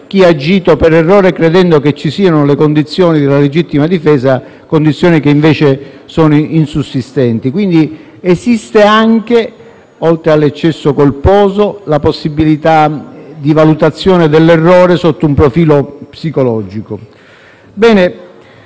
chi ha agito per errore, credendo che ci fossero le condizioni per la legittima difesa, che invece erano insussistenti. Esiste quindi, oltre all'eccesso colposo, la possibilità di valutazione dell'errore sotto un profilo psicologico.